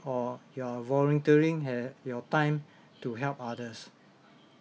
or you're volunteering err your time to help others